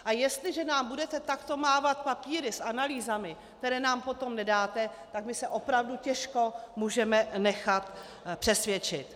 A jestliže nám budete takto mávat papíry s analýzami, které nám potom nedáte, tak my se opravdu těžko můžeme nechat přesvědčit.